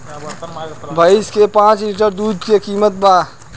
भईस के पांच लीटर दुध के कीमत का बा?